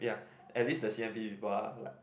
ya at least the C_N_B people are like